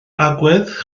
agwedd